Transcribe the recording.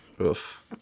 oof